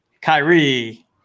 Kyrie